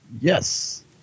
Yes